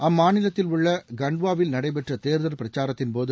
அம்மாநிலத்தில் உள்ள கள்ட்வாவில் நடைபெற்ற தேர்தல் பிரச்சாரத்தின்போது